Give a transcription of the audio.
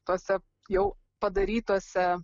tose jau padarytose